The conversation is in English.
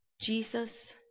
Jesus